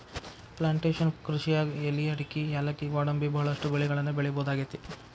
plantation ಕೃಷಿಯಾಗ್ ಎಲಿ ಅಡಕಿ ಯಾಲಕ್ಕಿ ಗ್ವಾಡಂಬಿ ಬಹಳಷ್ಟು ಬೆಳಿಗಳನ್ನ ಬೆಳಿಬಹುದಾಗೇತಿ